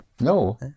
No